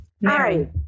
Mary